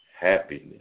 Happiness